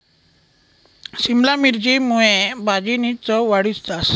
शिमला मिरची मुये भाजीनी चव वाढी जास